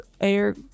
air